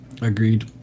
Agreed